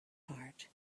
heart